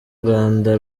rwanda